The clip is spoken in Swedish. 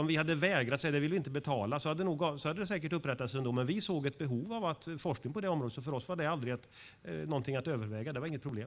Om vi hade vägrat och sagt att vi inte vill betala hade det säkert upprättats ändå, men vi såg ett behov av forskning på det området. För oss var detta aldrig något att överväga. Det var inget problem.